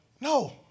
No